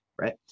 right